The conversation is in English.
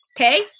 okay